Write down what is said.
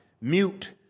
mute